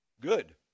good